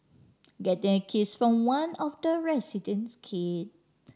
getting a kiss from one of the resident's kid